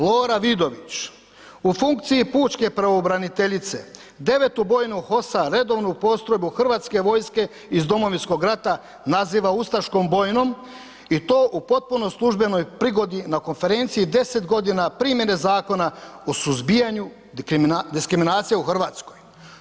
Lora Vidović u funkciji pučke pravobraniteljice 9. bojnu HOS-a, redovnu postrojbu Hrvatske vojske iz Domovinskog rata naziva ustaškom bojnom i to u potpuno službenoj prigodi na Konferenciji 10 godina primjene Zakona o suzbijanju diskriminacije u Hrvatskoj.